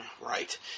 Right